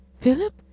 Philip